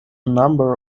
number